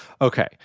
Okay